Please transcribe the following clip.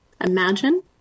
imagine